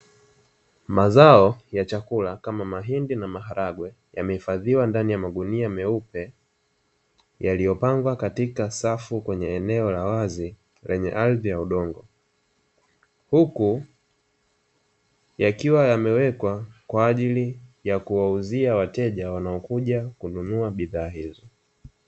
Mazao ya chakula kama mahindi na maharage yamehifadhiwa ndani ya magunia meupe yaliyopangwa katika safu eneo la wazi lenye ardhi ya udongo, huku yakiwa yamewekwa kwa ajili ya kuwauzia wateja wanaokuja kununua bidhaa hizo.